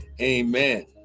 Amen